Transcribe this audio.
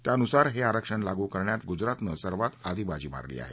त्यानुसार हे आरक्षण लागू करण्यात गुजरातनं सर्वात आधी बाजी मारली आहे